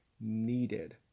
needed